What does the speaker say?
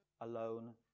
alone